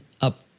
up